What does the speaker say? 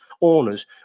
owners